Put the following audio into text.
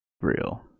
Real